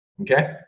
okay